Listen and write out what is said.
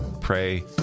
pray